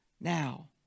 now